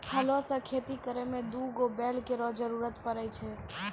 हलो सें खेती करै में दू गो बैल केरो जरूरत पड़ै छै